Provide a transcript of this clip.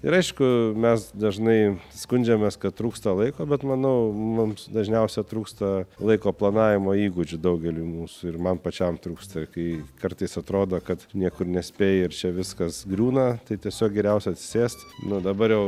ir aišku mes dažnai skundžiamės kad trūksta laiko bet manau mums dažniausiai trūksta laiko planavimo įgūdžių daugeliui mūsų ir man pačiam trūksta kai kartais atrodo kad niekur nespėji ir čia viskas griūna tai tiesiog geriausia atsisėst nu dabar jau